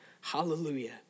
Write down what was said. hallelujah